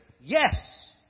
Yes